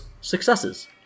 successes